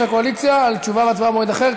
הקואליציה על תשובה והצבעה במועד אחר,